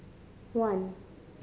one